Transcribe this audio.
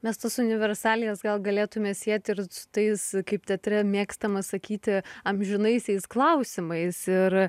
mes tas universalijas gal galėtume sieti ir su tais kaip teatre mėgstama sakyti amžinaisiais klausimais ir